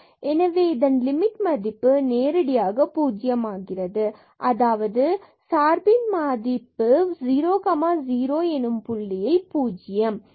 எனவே இதன் லிமிட் மதிப்பு நேரடியாக பூஜ்ஜியம் ஆகிறது அதாவது சார்பின் மதிப்பு 0 0 எனும் புள்ளியில் இதுவே 0 ஆகும்